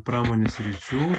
pramonės sričių